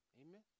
Amen